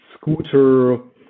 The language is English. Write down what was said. scooter